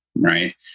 right